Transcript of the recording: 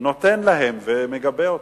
נותן להם ומגבה אותם?